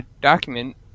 document